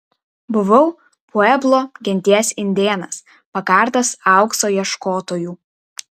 buvau pueblo genties indėnas pakartas aukso ieškotojų